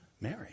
Mary